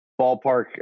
Ballpark